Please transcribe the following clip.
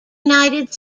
united